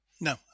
no